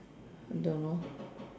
don't know